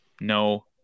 No